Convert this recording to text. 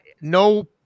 no